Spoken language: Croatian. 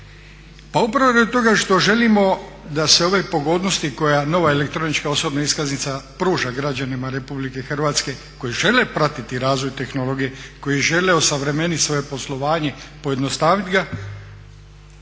Pa upravo radi toga što želimo da se ove pogodnosti koje nova elektronička osobna iskaznica pruža građanima Republike Hrvatske koji žele pratiti razvoj tehnologije, koji žele osuvremeniti svoje poslovanje, pojednostaviti ga,